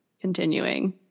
continuing